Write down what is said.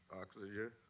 Oxygen